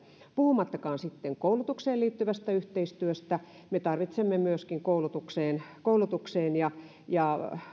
puhumattakaan sitten koulutukseen liittyvästä yhteistyöstä me tarvitsemme myöskin koulutukseen koulutukseen ja ja